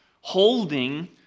holding